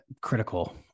critical